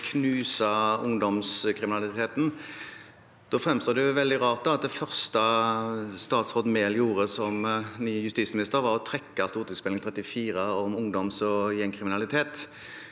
knuse ungdomskriminaliteten. Da fremstår det veldig rart at det første statsråd Mehl gjorde som ny justisminister, var å trekke Meld. St. 34 for 2020–2021, om ungdomsog gjengkriminalitet.